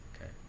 Okay